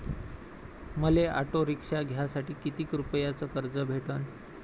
मले auto rickshaw घ्यासाठी कितीक रुपयाच कर्ज भेटनं?